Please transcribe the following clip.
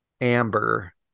Amber